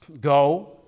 go